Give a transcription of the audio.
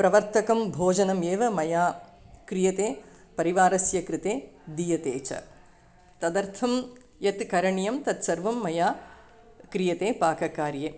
प्रवर्तकं भोजनम् एव मया क्रियते परिवारस्य कृते दीयते च तदर्थं यत् करणीयं तत्सर्वं मया क्रियते पाककार्ये